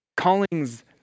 Callings